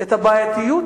את הבעייתיות